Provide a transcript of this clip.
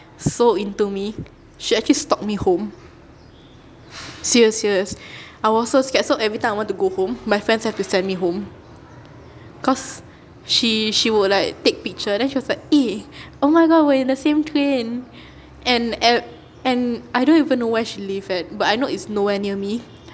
so into me she actually stalked me home serious serious I was so scared so everytime I want to go home my friends have to send me home cause she she would like take picture then she was like[eh] oh my god we are in the train and and and I don't even know where she live at but I know it's nowhere near me